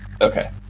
Okay